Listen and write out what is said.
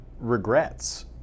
regrets